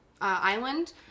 Island